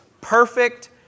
perfect